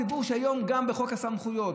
היום גם בחוק הסמכויות,